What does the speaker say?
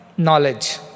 Knowledge